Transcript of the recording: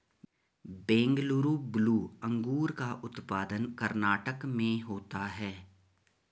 Bengaluru blue अंगूर का उत्पादन कर्नाटक में होता है